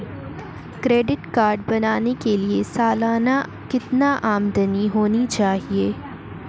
Credit card बनाने के लिए सालाना कितनी आमदनी होनी चाहिए?